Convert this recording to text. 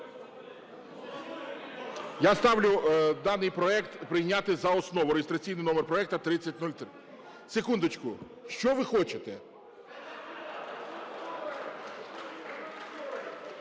Я сталю даний проект прийняти за основу, реєстраційний номер проекту 3003. Секундочку. Що и хочете?